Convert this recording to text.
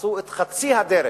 עשו את חצי הדרך